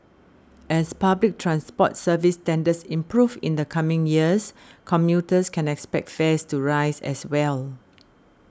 as public transport service standards improve in the coming years commuters can expect fares to rise as well